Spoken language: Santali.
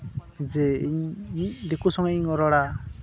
ᱡᱮ ᱤᱧ ᱢᱤᱫ ᱫᱤᱠᱩ ᱥᱚᱝᱜᱮᱧ ᱨᱚᱲᱟ